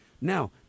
Now